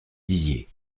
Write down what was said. dizier